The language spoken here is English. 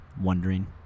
wondering